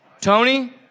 Tony